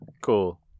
Cool